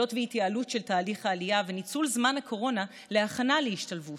להקלות והתייעלות של תהליך העלייה וניצול זמן הקורונה להכנה להשתלבות,